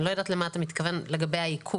אני לא יודעת למה אתה מתכוון לגבי העיקול.